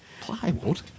Plywood